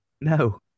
No